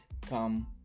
come